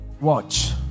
watch